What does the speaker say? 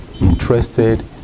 interested